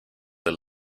del